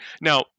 Now